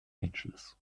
angeles